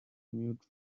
commute